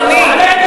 אדוני.